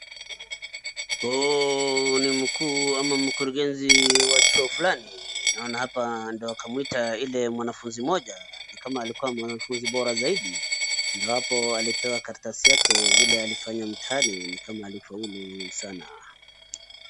Huu ni mkuu ama mkurungezi wa chuo fulani naona hapa ndio akamwita ile mwanafunzi moja ni kama alikuwa mwanafunzi bora zaidi ndio hapo alipewa karatasi yake vile alifanya mtihani ni kama alifaulu sana.